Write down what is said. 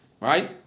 right